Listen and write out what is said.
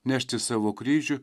nešti savo kryžių